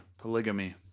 polygamy